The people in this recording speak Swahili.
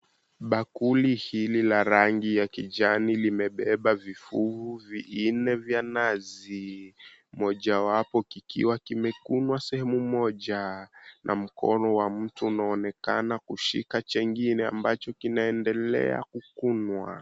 Bakuli hili la rangi ya kijani limebeba vifuu vinne vya nazi. Mojawapo kikiwa kimekunwa sehemu moja, na mkono wa mtu unaonekana kushika chengine ambacho kinaendelea kukunwa.